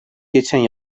geçen